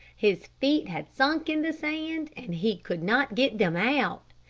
his feet had sunk in the sand, and he could not get them out.